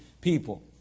people